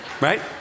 Right